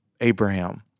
Abraham